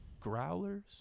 Growlers